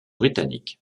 britanniques